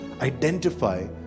identify